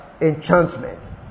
enchantment